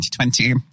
2020